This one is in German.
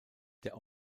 der